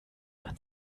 man